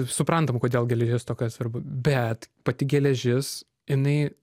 suprantam kodėl geležies stoka svarbu bet pati geležis jinai